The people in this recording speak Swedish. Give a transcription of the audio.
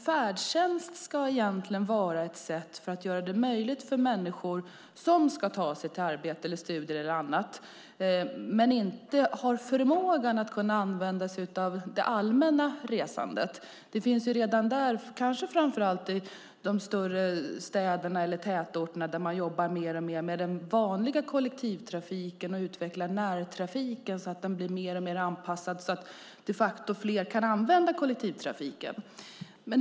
Färdtjänst ska vara ett sätt att göra det möjligt för människor som ska ta sig till arbete, studier eller annat men inte har förmågan att kunna använda sig av det allmänna resandet. I de större städerna och tätorterna jobbar man alltmer med den vanliga kollektivtrafiken och utvecklar närtrafiken så att den blir mer anpassad och fler kan använda kollektivtrafiken.